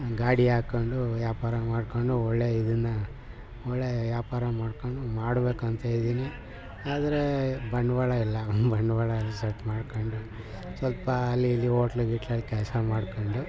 ಗಾಡಿ ಹಾಕೊಂಡು ವ್ಯಾಪಾರ ಮಾಡಿಕೊಂಡು ಒಳ್ಳೆಯ ಇದನ್ನು ಒಳ್ಳೆಯ ವ್ಯಾಪಾರ ಮಾಡಿಕೊಂಡು ಮಾಡಬೇಕಂತ ಇದೀನಿ ಆದರೆ ಬಂಡವಾಳ ಇಲ್ಲ ಬಂಡವಾಳ ಸೆಟ್ ಮಾಡ್ಕೊಂಡು ಸ್ವಲ್ಪ ಅಲ್ಲಿ ಇಲ್ಲಿ ಓಟ್ಲು ಗೀಟ್ಲಲ್ ಕೆಲಸ ಮಾಡ್ಕೊಂಡು